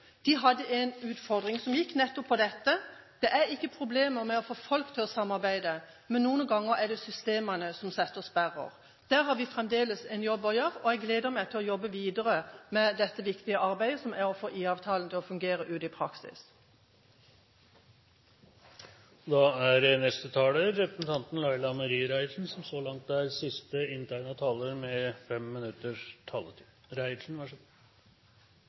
De hadde en utfordring som gikk nettopp på dette: Det er ikke problemer med å få folk til å samarbeide, men noen ganger er det systemene som setter sperrer. Der har vi fremdeles en jobb å gjøre, og jeg gleder meg til å jobbe videre med dette viktige arbeidet som er å få IA-avtalen til å fungere i praksis ute. Takk til interpellanten for å ta opp eit tema om oppfølging av IA-avtalen. Dette er svært viktig. Eg har vore så heldig å vera ein tilsett i ei IA-bedrift. Eg har òg vore så